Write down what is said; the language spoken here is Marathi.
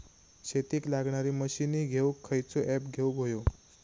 शेतीक लागणारे मशीनी घेवक खयचो ऍप घेवक होयो?